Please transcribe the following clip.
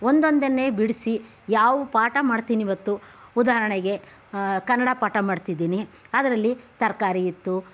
ಒಂದೊಂದನ್ನೇ ಬಿಡಿಸಿ ಯಾವ ಪಾಠ ಮಾಡ್ತೀನಿವತ್ತು ಉದಾಹರಣೆಗೆ ಕನ್ನಡ ಪಾಠ ಮಾಡ್ತಿದ್ದೀನಿ ಅದರಲ್ಲಿ ತರಕಾರಿ ಇತ್ತು